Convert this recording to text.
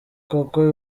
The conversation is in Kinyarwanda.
koko